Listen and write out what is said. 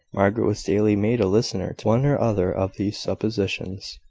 margaret was daily made a listener to one or other of these suppositions.